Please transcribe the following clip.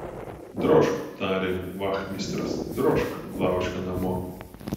drožk tarė vachmistras drožk laučka namo